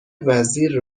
وزیر